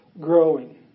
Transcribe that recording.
growing